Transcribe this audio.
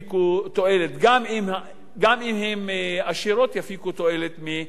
גם אם הן עשירות הן יפיקו תועלת מהחוק הזה.